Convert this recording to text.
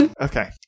Okay